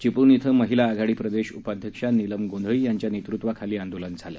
चिपळूण इथं महिला आघाडी प्रदेश उपाध्यक्षा नीलम गोंधळी यांच्या नेतृत्वाखाली आंदोलन करण्यात आलं